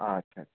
আচ্ছা আচ্ছা